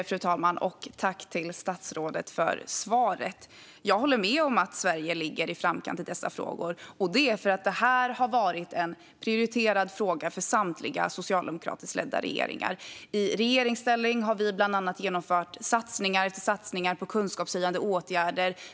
Fru talman! Tack, statsrådet, för svaret! Jag håller med om att Sverige ligger i framkant i dessa frågor, och det är för att det här har varit ett prioriterad område för samtliga socialdemokratiskt ledda regeringar. I regeringsställning har vi bland annat genomfört satsning efter satsning på kunskapshöjande åtgärder.